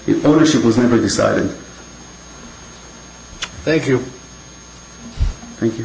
if ownership was ever decided thank you thank you